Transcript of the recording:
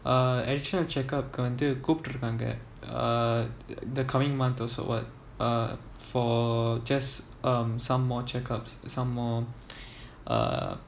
uh actual check up வந்து கூப்டுருக்காங்க:vanthu koopturukaanga uh the coming month also [what] err for just um some more checkups some more uh